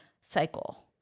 cycle